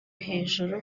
hejuru